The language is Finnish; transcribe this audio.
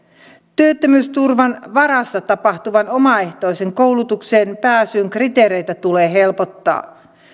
työttömyysturvan varassa tapahtuvaan omaehtoiseen koulutukseen pääsyn kriteereitä tulee helpottaa